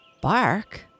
Bark